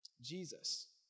Jesus